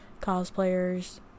Cosplayers